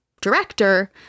director